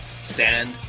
Sand